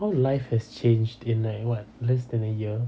how life has changed in like what less than a year